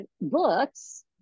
books